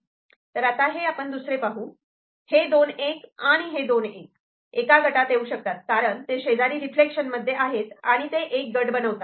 तर आता हे दुसरे आपण पाह हे दोन 1 आणि हे दोन 1 एका गटात येऊ शकतात कारण ते शेजारी रिफ्लेक्शन मध्ये आहेत आणि एक गट बनवतात